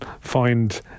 find